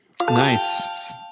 Nice